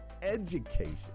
education